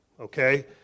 Okay